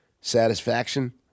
satisfaction